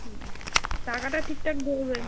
হুম টাকাটা ঠিকঠাক ধরবে